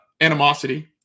animosity